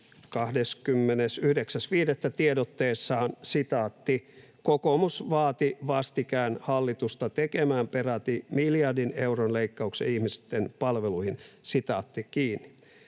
29.5. tiedotteessaan: ”Kokoomus vaati vastikään hallitusta tekemään peräti miljardin euron leikkaukset ihmisten palveluihin.” Ei